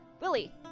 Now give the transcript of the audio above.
Willie